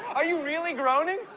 are you really groaning?